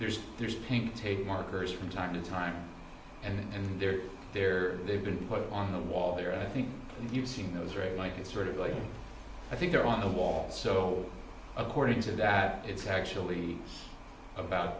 there's there's pain taking markers from time to time and they're there they've been put on the wall there and i think you've seen those rain like it's sort of like i think they're on the wall so according to that it's actually about